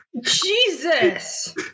Jesus